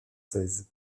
seize